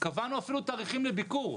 קבענו אפילו תאריכים לביקור.